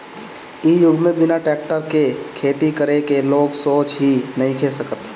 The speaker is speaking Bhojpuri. इ युग में बिना टेक्टर के खेती करे के लोग सोच ही नइखे सकत